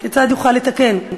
כיצד יוכל לתקן.